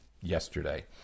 yesterday